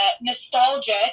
nostalgic